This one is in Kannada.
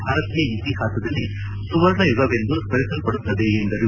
ಭಾರತೀಯ ಇತಿಹಾಸದಲ್ಲಿ ಸುವರ್ಣ ಯುಗವೆಂದು ಸ್ಕರಿಸಲ್ಪಡುತ್ತದೆ ಎಂದರು